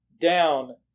down